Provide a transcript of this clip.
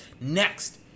next